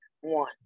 one